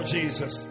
Jesus